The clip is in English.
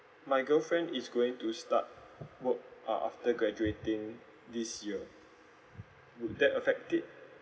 my girlfriend is going to start work uh after graduating this year would that affect it